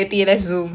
ya